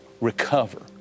recover